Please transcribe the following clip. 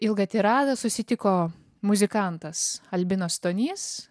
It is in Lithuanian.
ilgą tiradą susitiko muzikantas albinas stonys